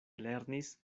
lernis